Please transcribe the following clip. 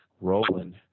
rolling